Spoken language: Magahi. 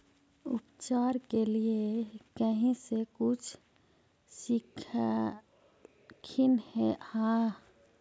उपचार के लीये कहीं से कुछ सिखलखिन हा?